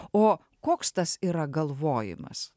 o koks tas yra galvojimas